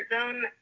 zone